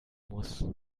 muss